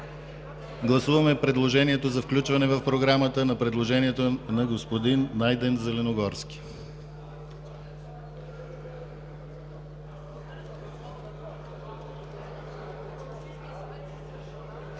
Гласуваме предложенията за включване в програмата на предложението на господин Найден Зеленогорски.